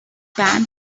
pan